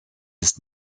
ist